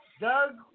Doug